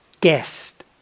Guest